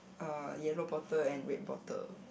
a yellow bottle and red bottle